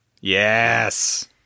Yes